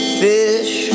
fish